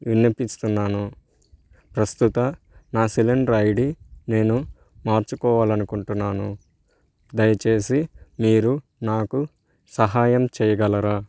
విన్నవిస్తున్నాను ప్రస్తుత నా cylinder ID నేను మార్చుకోవాలి అనుకుంటున్నాను దయచేసి మీరు నాకు సహాయం చేయగలరా